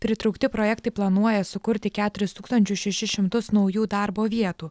pritraukti projektai planuoja sukurti keturis tūkstančius šešis šimtus naujų darbo vietų